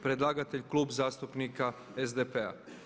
Predlagatelj klub zastupnika SDP-a.